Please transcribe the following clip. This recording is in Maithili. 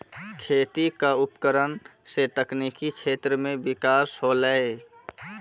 खेती क उपकरण सें तकनीकी क्षेत्र में बिकास होलय